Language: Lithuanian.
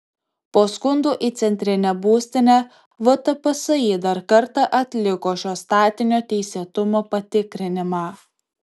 po skundų į centrinę būstinę vtpsi dar kartą atliko šio statinio teisėtumo patikrinimą